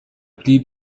blieb